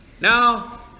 Now